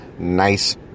nice